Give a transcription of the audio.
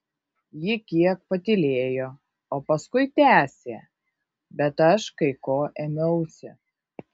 ji kiek patylėjo o paskui tęsė bet aš kai ko ėmiausi